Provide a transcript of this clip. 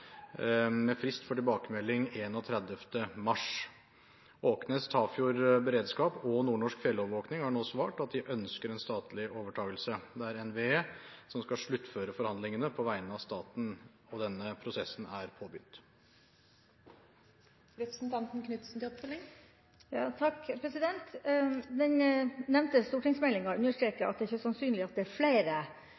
med frist for tilbakemelding 31. mars. Åknes Tafjord Beredskap og Nordnorsk Fjellovervåking har nå svart at de ønsker en statlig overtakelse. Det er NVE som skal sluttføre forhandlingene på vegne av staten, og denne prosessen er påbegynt.